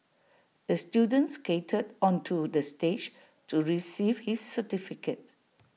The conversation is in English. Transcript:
the student skated onto the stage to receive his certificate